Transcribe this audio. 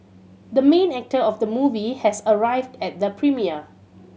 the main actor of the movie has arrived at the premiere